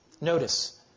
Notice